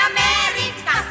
America